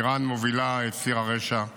איראן מובילה את ציר הרשע,